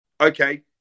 Okay